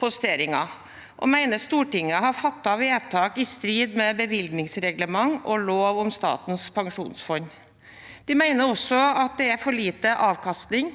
posteringen, og mener Stortinget har fattet vedtak i strid med bevilgningsreglement og lov om Statens pensjonsfond. De mener også at det er for lite avkastning,